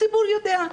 הציבור יודע,